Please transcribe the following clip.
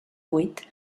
huit